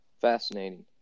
Fascinating